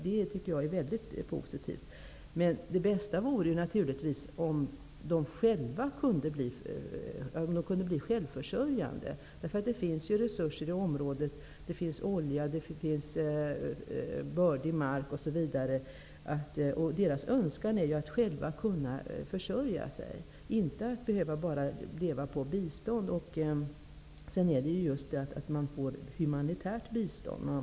Det bästa vore naturligtvis om de kunde bli självförsörjande. Det finns resurser i området -- olja, bördig mark osv. -- och deras önskan är att själva kunna försörja sig och inte behöva leva på bistånd. Man får ju också bara humanitärt bistånd.